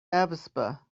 avispa